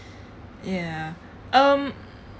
ya um